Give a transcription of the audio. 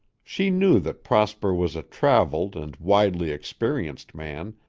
she knew that prosper was a traveled and widely experienced man,